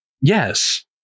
Yes